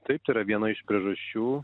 taip tai yra viena iš priežasčių